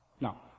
Now